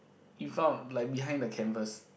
in front of like behind the canvas